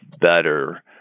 better